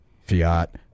Fiat